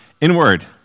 inward